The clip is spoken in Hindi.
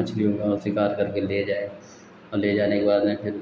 मछलियों का और शिकार करके ले जाए और ले जाने के बाद में फ़िर